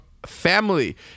family